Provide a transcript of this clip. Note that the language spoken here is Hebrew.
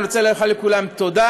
אני רוצה לומר לכולם תודה,